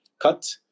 cut